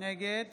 נגד